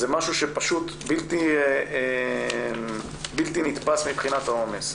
זה משהו שפשוט בלתי נתפס מבחינת העומס,